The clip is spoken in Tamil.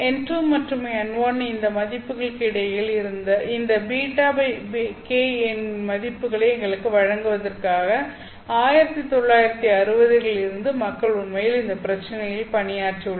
n2 மற்றும் n1 இன் இந்த மதிப்புகளுக்கு இடையில் இந்த βk இன் மதிப்புகளை எங்களுக்கு வழங்குவதற்காக 1960 களில் இருந்து மக்கள் உண்மையில் இந்த பிரச்சினையில் பணியாற்றியுள்ளனர்